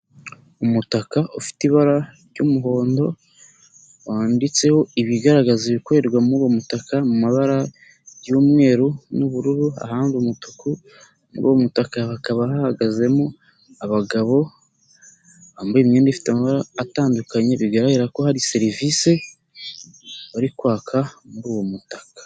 Umutaka ufite ibara ry'umuhondo, wanditseho ibigaragaza ibikorerwa muri uwo mutaka mu mabara y'umweru n'ubururu ahandi umutuku, muri uwo mutaka hakaba hahagazemo abagabo bambaye imyenda ifite amabara atandukanye, bigaragara ko hari serivisi bari kwaka muri uwo mutaka.